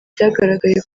byagaragaye